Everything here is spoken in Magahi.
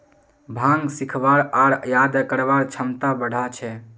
भांग सीखवार आर याद करवार क्षमता बढ़ा छे